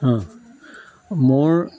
অঁ মোৰ